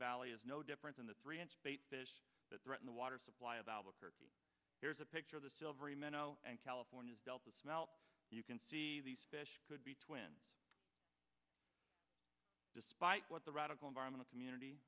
valley is no different than the three inch bait fish that threaten the water supply of albuquerque here's a picture of the silvery minnow and california's delta smell you can see these fish could be twin despite what the radical environmental community